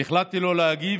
והחלטתי שלא להגיב,